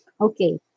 Okay